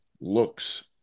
looks